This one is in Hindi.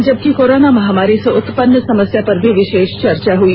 जबकि कोरोना महामारी से उत्पन्न समस्या पर भी विषेष चर्चा हई